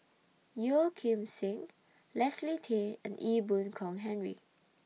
Yeo Kim Seng Leslie Tay and Ee Boon Kong Henry